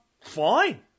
fine